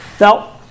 Now